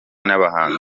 n’abahanzi